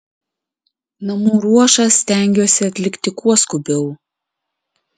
namų ruošą stengiuosi atlikti kuo skubiau